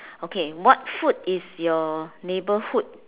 okay what food is your neighborhood